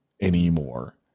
anymore